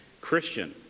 Christian